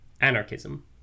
Anarchism